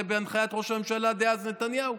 זה בהנחיית ראש הממשלה דאז נתניהו,